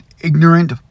ignorant